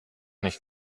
nicht